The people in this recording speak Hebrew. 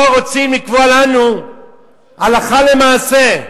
פה רוצים לקבוע לנו הלכה למעשה,